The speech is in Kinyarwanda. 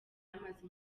amaze